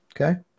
Okay